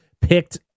picked